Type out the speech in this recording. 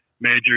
major